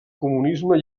comunisme